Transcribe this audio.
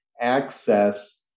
access